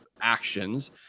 actions